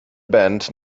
band